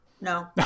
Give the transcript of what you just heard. No